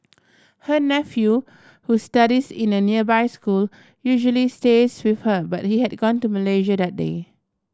her nephew who studies in a nearby school usually stays with her but he had gone to Malaysia that day